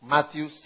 Matthew